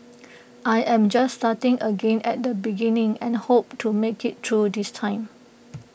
I am just starting again at the beginning and hope to make IT through this time